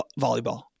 volleyball